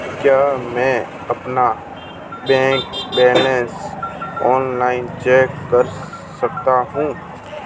क्या मैं अपना बैंक बैलेंस ऑनलाइन चेक कर सकता हूँ?